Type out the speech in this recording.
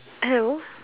hello